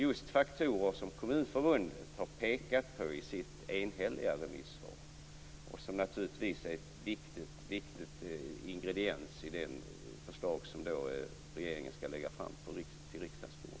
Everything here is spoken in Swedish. Det är faktorer som Kommunförbundet har pekat på i sitt enhälliga remissvar och som naturligtvis är en viktig ingrediens i det förslag som regeringen skall lägga på riksdagens bord.